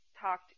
talked